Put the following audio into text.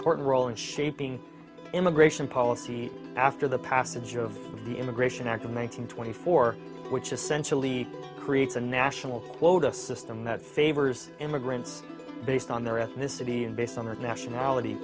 part role in shaping immigration policy after the passage of the immigration act of one thousand twenty four which essentially creates a national quota system that favors immigrants based on their ethnicity and based on their nationality